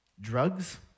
Drugs